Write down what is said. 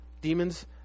Demons